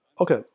Okay